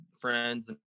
friends